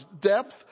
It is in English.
depth